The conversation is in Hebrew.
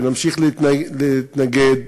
ונמשיך להתנגד.